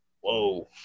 whoa